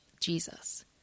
Jesus